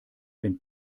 wenn